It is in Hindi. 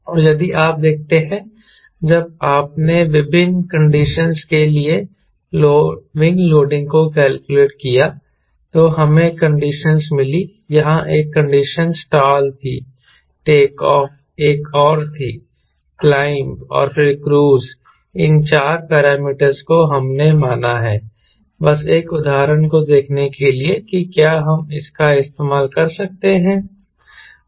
और यदि आप देखते हैं जब आपने विभिन्न कंडीशनस के लिए विंग लोडिंग को कैलकुलेट किया तो हमें कंडीशनस मिलीं यहां एक कंडीशन स्टाल थी टेक ऑफ एक और थी क्लाइंब और फिर क्रूज इन चार पैरामीटर को हमने माना है बस एक उदाहरण को देखने के लिए कि क्या हम इसका इस्तेमाल कर सकते हैं